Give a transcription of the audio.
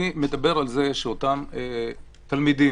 אני מדבר על זה שאותם תלמידים